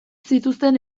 zituzten